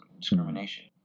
discrimination